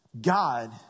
God